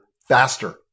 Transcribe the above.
faster